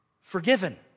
forgiven